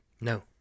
No